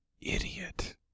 idiot